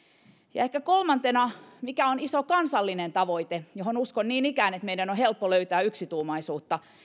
ja ehkä kolmantena iso kansallinen tavoite ja uskon niin ikään että meidän on helppo löytää siinä yksituumaisuutta mikä